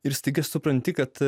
ir staiga supranti kad